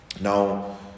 Now